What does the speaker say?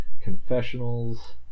Confessionals